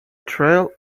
trail